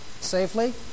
safely